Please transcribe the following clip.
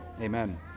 amen